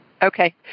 Okay